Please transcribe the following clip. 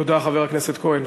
תודה, חבר הכנסת כהן.